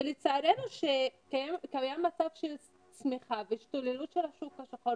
לצערנו קיים מצב של צמיחה והשתוללות של השוק השחור